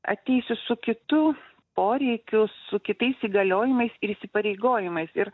ateisiu su kitu poreikiu su kitais įgaliojimais ir įsipareigojimais ir